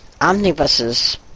omnibuses